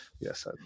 yes